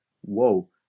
whoa